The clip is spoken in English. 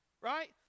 Right